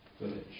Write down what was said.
village